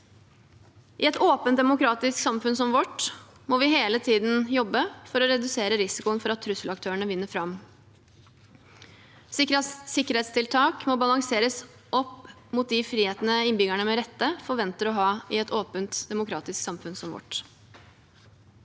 I et åpent demokratisk samfunn som vårt må vi hele tiden jobbe for å redusere risikoen for at trusselaktørene vinner fram. Sikkerhetstiltak må balanseres opp mot de frihetene innbyggerne med rette forventer å ha i et åpent demokratisk samfunn som vårt.